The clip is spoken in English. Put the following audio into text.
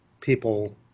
people